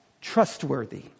trustworthy